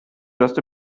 just